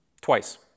Twice